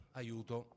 aiuto